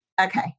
Okay